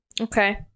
Okay